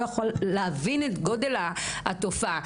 לא יכול להבין את גודל התופעה.